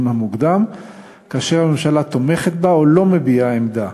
מוקדם כאשר הממשלה תומכת בה או לא מביעה עמדה.